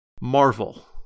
Marvel